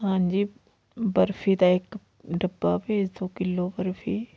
ਹਾਂਜੀ ਬਰਫ਼ੀ ਦਾ ਇੱਕ ਡੱਬਾ ਭੇਜ ਦਿਉ ਕਿੱਲੋ ਬਰਫ਼ੀ